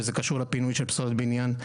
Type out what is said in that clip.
וזה קשור לפינוי של פסולת בניין,